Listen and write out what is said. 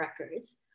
records